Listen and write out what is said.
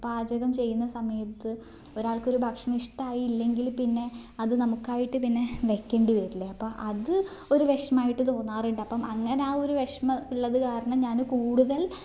പാചകം ചെയ്യുന്ന സമയത്ത് ഒരാൾക്ക് ഒരു ഭക്ഷണം ഇഷ്ടായില്ലെങ്കിൽ പിന്നെ അത് നമുക്കായിട്ട് പിന്നെ വെക്കേണ്ടി വരില്ലെ അപ്പം അത് ഒരു വിഷ്മമായിട്ട് തോന്നാറുണ്ട് അപ്പം അങ്ങനെ ഒരു വിഷമം ഉള്ളത് കാരണം ഞാൻ കൂടുതൽ